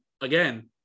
Again